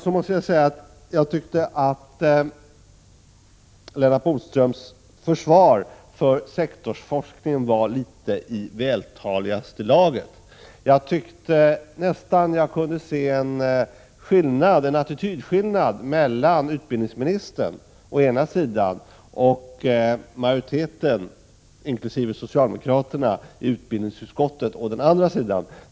Jag måste säga att jag tyckte att Lennart Bodströms försvar för sektorsforskningen var i vältaligaste laget. Jag tyckte nästan jag kunde se en attitydskillnad mellan utbildningsministern å ena sidan och majoriteten inkl. socialdemokraterna i utbildningsutskottet å den andra.